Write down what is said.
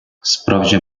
справжня